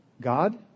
God